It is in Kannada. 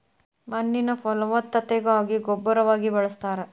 ಮಣ್ಣಿನ ಫಲವತ್ತತೆಗಾಗಿ ಗೊಬ್ಬರವಾಗಿ ಬಳಸ್ತಾರ